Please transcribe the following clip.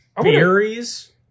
berries